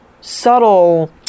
subtle